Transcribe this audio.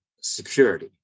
security